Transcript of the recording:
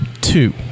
two